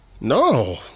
No